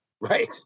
Right